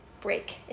break